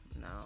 no